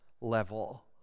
level